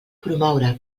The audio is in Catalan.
promoure